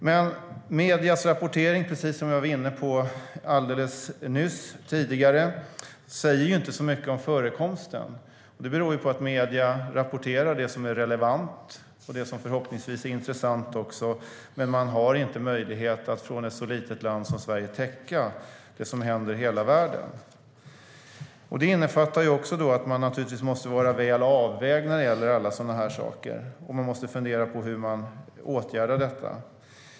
Men mediernas rapportering säger inte så mycket om förekomsten. Det beror på att medierna rapporterar det som är relevant och förhoppningsvis intressant, men medierna i ett så litet land som Sverige har inte möjlighet att täcka det som händer i hela världen. Man måste göra väl avvägda bedömningar och fundera på hur man åtgärdar detta.